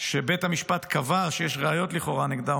שבית המשפט קבע שיש ראיות לכאורה נגדה,